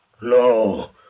No